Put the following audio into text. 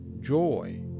joy